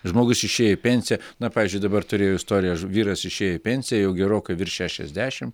žmogus išėjo į pensiją na pavyzdžiui dabar turėjau istoriją vyras išėjo į pensiją jau gerokai virš šešiasdešim